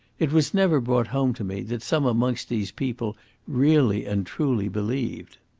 it was never brought home to me that some amongst these people really and truly believed.